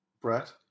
Brett